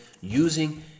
using